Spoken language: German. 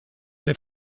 der